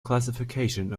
classification